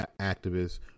activist